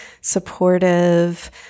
supportive